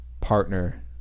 partner